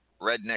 Redneck